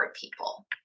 people